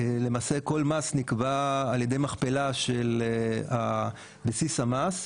למעשה כל מס נקבע על ידי מכפלה של בסיס המס,